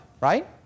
right